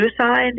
suicide